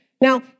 Now